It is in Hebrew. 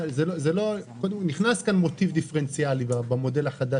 נכנס כאן מוטיב דיפרנציאלי במודל החדש